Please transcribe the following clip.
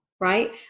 right